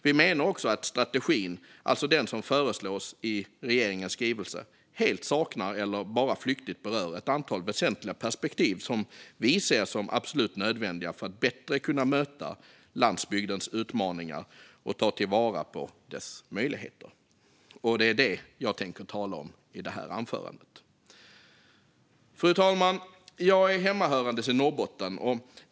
Vi menar dock att strategin - alltså den som föreslås i regeringens skrivelse - helt saknar eller bara flyktigt berör ett antal väsentliga perspektiv som vi ser som absolut nödvändiga för att bättre kunna möta landsbygdens utmaningar och ta till vara dess möjligheter. Det är detta jag tänker tala om i det här anförandet. Fru talman! Jag är hemmahörande i Norrbotten.